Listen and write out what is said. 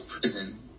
prison